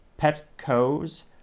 Petco's